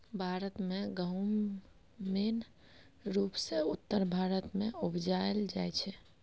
भारत मे गहुम मेन रुपसँ उत्तर भारत मे उपजाएल जाइ छै